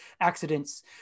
Accidents